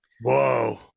whoa